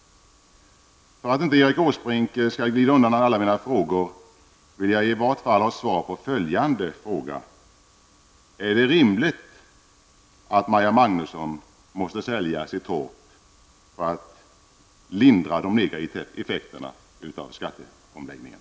För att Erik Åsbrink inte skall kunna glida undan alla mina frågor vill jag i varje fall ha svar på följande fråga: Är det rimligt att Maja Magnusson måste sälja sitt torp för att lindra de negativa effekterna av skatteomläggningen?